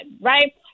right